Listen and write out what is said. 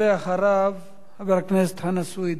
אחריו, חבר הכנסת חנא סוייד.